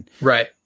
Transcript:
Right